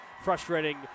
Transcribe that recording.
frustrating